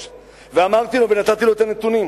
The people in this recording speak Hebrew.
ואמרתי לו ונתתי לו את הנתונים,